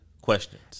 questions